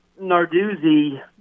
Narduzzi